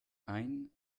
ein